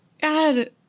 God